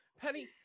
Penny